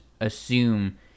assume